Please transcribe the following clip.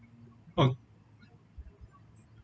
oh